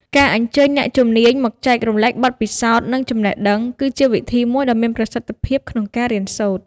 ការអញ្ជើញអ្នកជំនាញមកចែករំលែកបទពិសោធន៍ និងចំណេះដឹង គឺជាវិធីមួយដ៏មានប្រសិទ្ធភាពក្នុងការរៀនសូត្រ។